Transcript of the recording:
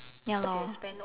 ya lah